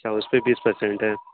اچھا اس پہ بیس پرسنٹ ہے